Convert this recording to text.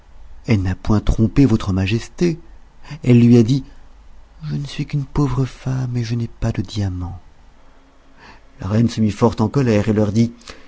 elle n'a point trompé votre majesté elle lui a dit je ne suis qu'une pauvre femme et je n'ai pas de diamants la reine se mit fort en colère et leur dit